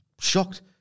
shocked